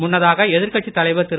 முன்னதாக எதிர்கட்சித் தலைவர் திரு